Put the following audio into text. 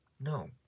No